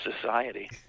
society